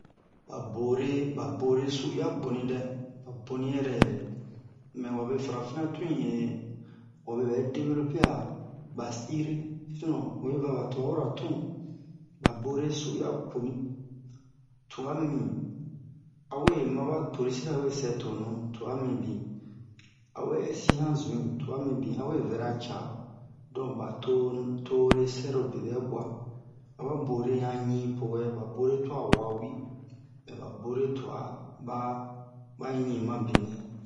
ba bore ba bore su uya bonidɛ ba boni yɛrɛ yɛrɛ mɛ wabe farafina tunye obebɛ developper a ba sire sinon oyi vaba tubabura tun ba bore su uya boni tua mimi awe maba police rawe sɛ tonu tua mibi awe ɛsi yan zu'in tua mibi awe vɛra ca don ba tonu toresɛro bebɛ bua aba bore yan ɲi powɛ ba bore tua wawi mɛba bore tua ba ɲi mabenɛ